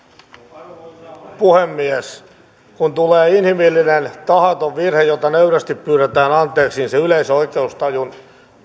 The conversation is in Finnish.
arvoisa puhemies kun tulee inhimillinen tahaton virhe jota nöyrästi pyydetään anteeksi niin se yleisen oikeustajun